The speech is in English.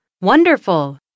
Wonderful